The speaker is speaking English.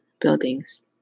buildings